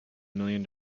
million